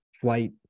flight